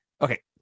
Okay